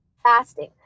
Fasting